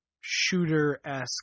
shooter-esque